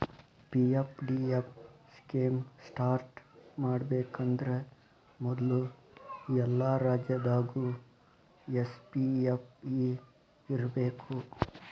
PFDF scheme start ಮಾಡಬೇಕಂದ್ರ ಮೊದ್ಲು ಎಲ್ಲಾ ರಾಜ್ಯದಾಗು ಎಸ್.ಪಿ.ಎಫ್.ಇ ಇರ್ಬೇಕು